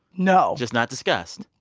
no just not discussed?